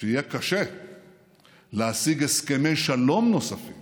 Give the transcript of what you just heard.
שיהיה קשה להשיג הסכמי שלום נוספים